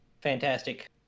Fantastic